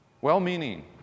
Well-meaning